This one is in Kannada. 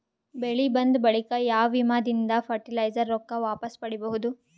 ಬೆಳಿ ಬಂದ ಬಳಿಕ ಯಾವ ವಿಮಾ ದಿಂದ ಫರಟಿಲೈಜರ ರೊಕ್ಕ ವಾಪಸ್ ಪಡಿಬಹುದು?